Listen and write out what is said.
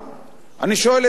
אני שואל את עצמי,